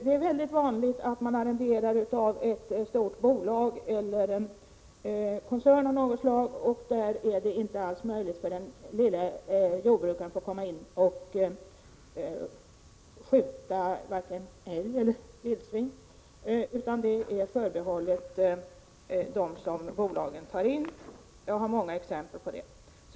Det är väldigt vanligt att man arrenderar av ett stort bolag eller en koncern av något slag. Då är det inte alls möjligt för den lille jordbrukaren att få vara med och skjuta vare sig älg eller vildsvin, utan den rätten är förbehållen dem som bolaget väljer. Jag har många exempel på sådant.